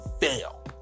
fail